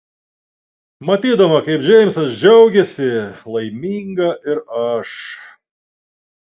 matydama kaip džeimsas džiaugiasi laiminga ir aš